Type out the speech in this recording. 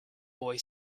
boy